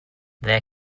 there